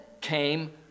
came